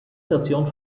station